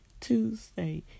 Tuesday